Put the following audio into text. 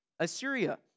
Assyria